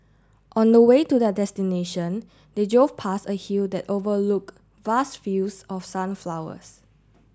on the way to their destination they drove past a hill that overlook vast fields of sunflowers